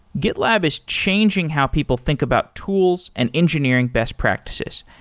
gitlab is changing how people think about tools and engineering best practices,